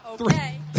Okay